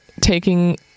taking